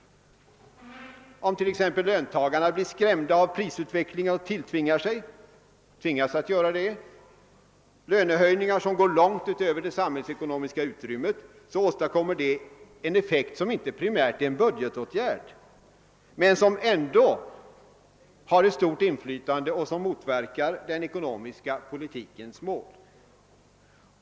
Om t.ex. löntagarna blir skrämda av prisutvecklingen och måste tilltvinga sig lönehöjning ar, som går långt utöver det samhällsekonomiska utrymmet, åstadkommer det en effekt som inte primärt är budgetmässig men som ändå har ett stort inflytande och som påverkar den ekonomiska politikens mål.